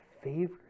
Favorite